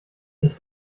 ich